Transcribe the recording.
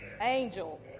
Angel